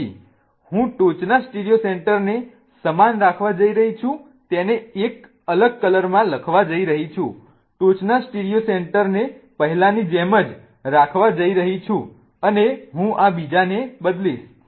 તેથી હું ટોચના સ્ટીરિયો સેન્ટરને સમાન રાખવા જઈ રહી છું તેને એક અલગ કલર માં લખવા જઈ રહી છું ટોચના સ્ટીરિયો સેન્ટરને પહેલાની જેમ જ રાખવા જઈ રહી છું અને હું આ બીજાને બદલીશ